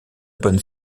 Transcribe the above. bonne